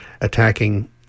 attacking